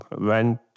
went